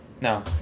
No